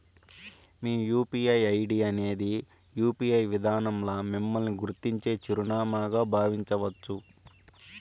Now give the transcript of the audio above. మీ UPI ID అనేది UPI విదానంల మిమ్మల్ని గుర్తించే చిరునామాగా బావించచ్చు